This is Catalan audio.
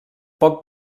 poc